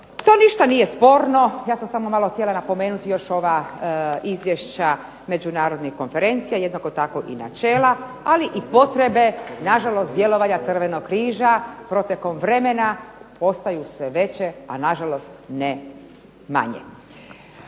To ništa nije sporno. Ja sam samo malo htjela napomenuti još ova izvješća međunarodnih konferencija, jednako tako i načela, ali i potrebe na žalost djelovanja Crvenog križa protekom vremena postaju sve veće, a na žalost ne manje.